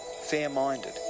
fair-minded